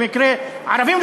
הם במקרה ערבים,